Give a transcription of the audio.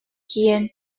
тиийэн